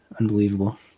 Unbelievable